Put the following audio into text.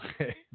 Okay